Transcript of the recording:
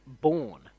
born